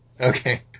Okay